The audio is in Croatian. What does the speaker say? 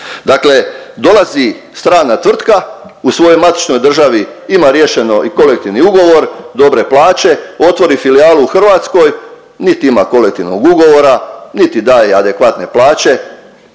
Dakle, dolazi strana tvrtka u svojoj matičnoj državi ima riješeno i kolektivni ugovor, dobre plaće, otvori filijalu u Hrvatskoj nit ima kolektivnog ugovora niti daje adekvatne plaće.